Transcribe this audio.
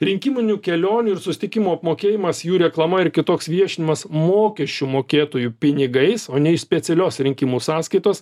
rinkiminių kelionių ir susitikimų apmokėjimas jų reklama ir kitoks viešinimas mokesčių mokėtojų pinigais o ne iš specialios rinkimų sąskaitos